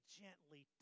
gently